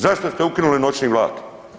Zašto ste ukinuli noćni vlak?